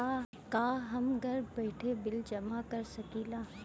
का हम घर बइठे बिल जमा कर शकिला?